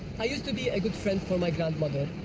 i used to be a good friend for my grandmother.